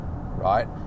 right